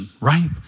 right